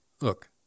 look